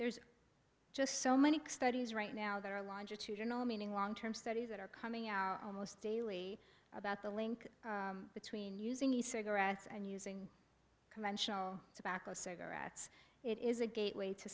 there's just so many studies right now that are laundry to your no meaning long term studies that are coming out almost daily about the link between using the cigarettes and using conventional tobacco cigarettes it is a gateway to